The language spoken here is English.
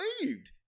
believed